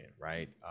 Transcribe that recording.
right